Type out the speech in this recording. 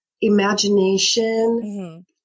imagination